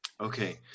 okay